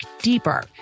deeper